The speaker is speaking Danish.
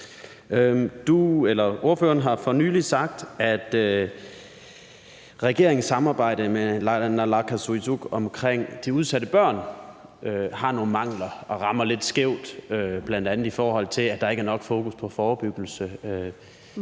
Ordføreren har for nylig sagt, at regeringens samarbejde med naalakkersuisut om de udsatte børn har nogle mangler og rammer lidt skævt, bl.a. i forhold til at der ikke er nok fokus på forebyggelse.